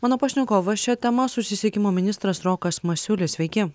mano pašnekovas šia tema susisiekimo ministras rokas masiulis sveiki